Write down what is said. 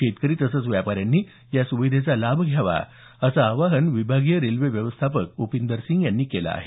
शेतकरी तसंच व्यापाऱ्यांनी या सुविधेचा लाभ घ्यावा असं आवाहन विभागीय रेल्वे व्यवस्थापक उपिंदर सिंग यांनी केलं आहे